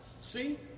see